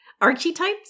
archetypes